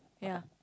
ya